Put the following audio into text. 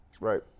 Right